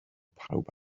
pawb